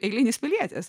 eilinis pilietis